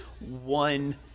one